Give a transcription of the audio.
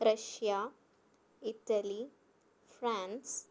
Russia Italy France